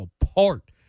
apart